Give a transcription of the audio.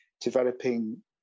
developing